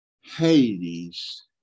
Hades